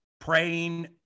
praying